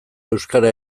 euskara